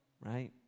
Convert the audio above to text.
right